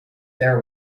there